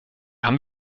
haben